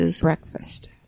breakfast